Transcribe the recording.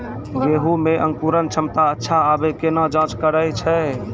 गेहूँ मे अंकुरन क्षमता अच्छा आबे केना जाँच करैय छै?